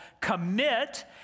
Commit